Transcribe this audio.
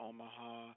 Omaha